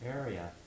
area